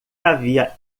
havia